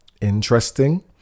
interesting